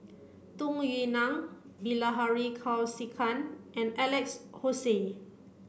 Tung Yue Nang Bilahari Kausikan and Alex Josey